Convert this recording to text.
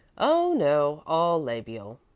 oh no all labial,